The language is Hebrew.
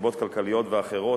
מסיבות כלכליות ואחרות,